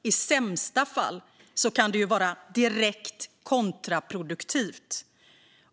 I sämsta fall kan de vara direkt kontraproduktiva.